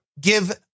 give